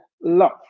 love